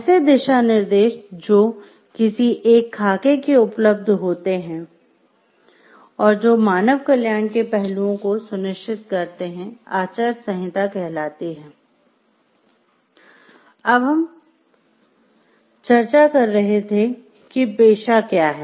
ऐसे दिशानिर्देश जो किसी एक खाके में उपलब्ध होते है और जो मानव कल्याण के पहलुओं को सुनिश्चित करते हैं आचार संहिता कहलाती हैं अब तक हम हम चर्चा कर रहे थे कि पेशा क्या है